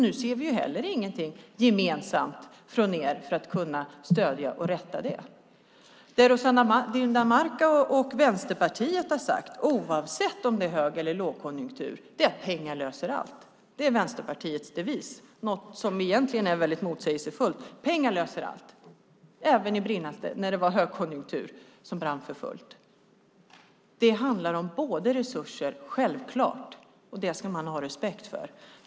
Nu ser vi heller ingenting gemensamt från er för att kunna ge stöd och rätta till detta. Det Rossana Dinamarca och Vänsterpartiet har sagt är att pengar löser allt, oavsett om det är högkonjunktur eller lågkonjunktur. Det är Vänsterpartiets devis, något som egentligen är väldigt motsägelsefullt. Pengar löser allt, även när det var högkonjunktur som brann för fullt. Det handlar självklart om resurser. Det ska man ha respekt för.